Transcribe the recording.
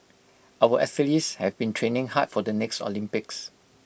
our athletes have been training hard for the next Olympics